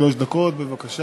שלוש דקות, בבקשה.